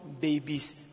babies